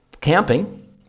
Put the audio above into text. Camping